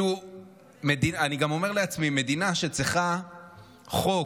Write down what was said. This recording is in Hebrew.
אני גם אומר לעצמי, מדינה שצריכה חוק